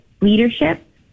leadership